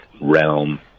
realm